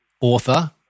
author